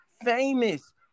famous